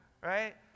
right